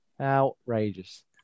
Outrageous